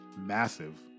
massive